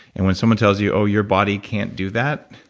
and when someone tells you, oh, your body can't do that,